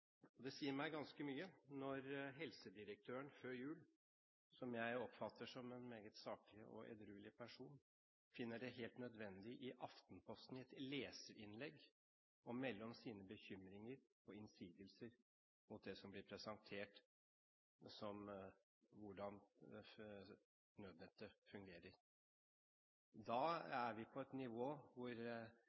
forutsetningene. Det sier meg ganske mye når helsedirektøren, som jeg oppfatter som en meget saklig og edruelig person, før jul finner det helt nødvendig i et leserinnlegg i Aftenposten å melde om sine bekymringer og innsigelser mot det som blir presentert om hvordan nødnettet fungerer. Da er vi på et nivå hvor